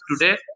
today